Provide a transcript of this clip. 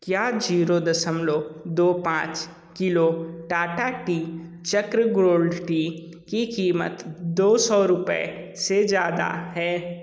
क्या जीरो दशमलव दो पाँच kilo Tata tea Chakra gold tea की कीमत दो सौ रुपए से ज़्यादा है